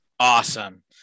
awesome